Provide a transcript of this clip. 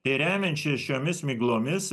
tai remiant ši šiomis miglomis